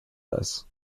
this